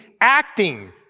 acting